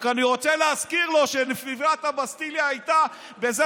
רק אני רוצה להזכיר לו שנפילת הבסטיליה הייתה בזה